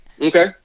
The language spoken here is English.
Okay